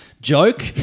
joke